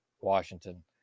Washington